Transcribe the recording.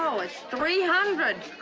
know. it's three hundred.